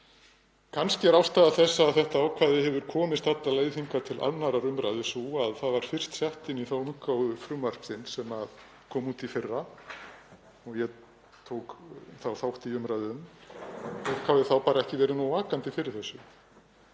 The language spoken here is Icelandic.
Kannski er ástæða þess að þetta ákvæði hefur komist alla leið hingað til 2. umr. sú að það var fyrst sett inn í þá útgáfu frumvarpsins sem kom út í fyrra, og ég tók þá þátt í umræðu um, og fólk hafi þá bara ekki verið nógu vakandi fyrir þessu.